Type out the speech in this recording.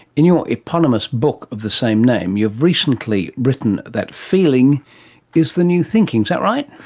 in your eponymous book of the same name you've recently written that feeling is the new thinking. is that right?